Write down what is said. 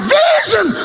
vision